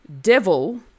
devil